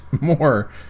more